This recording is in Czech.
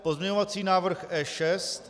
Pozměňovací návrh E6.